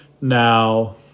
Now